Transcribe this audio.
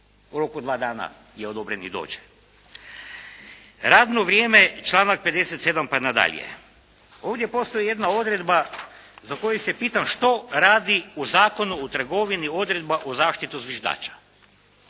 u roku dva dana je odobren i dođe. Radno vrijeme članak 57. pa na dalje. Ovdje postoji jedna odredba za koju se pitam što radi u Zakonu o trgovini odredba o zaštiti žviždača.